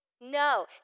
No